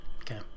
Okay